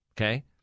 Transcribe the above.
okay